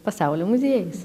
pasaulio muziejais